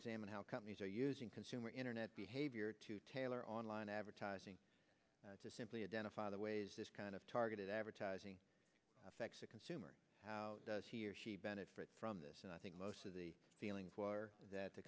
examined how companies are using consumer internet behavior to tailor online advertising to simply identify the ways this kind of targeted advertising affects the consumer how does he or she benefit from this and i think most of the feeling that the